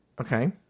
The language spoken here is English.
okay